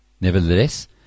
Nevertheless